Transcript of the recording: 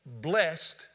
blessed